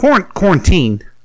quarantine